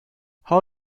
how